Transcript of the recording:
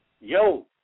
Yo